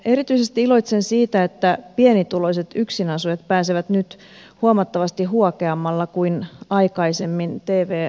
erityisesti iloitsen siitä että pienituloiset yk sinasujat pääsevät nyt huomattavasti huokeammalla kuin aikaisemmin tv lupamaksun aikaan